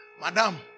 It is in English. Madam